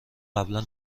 قبلا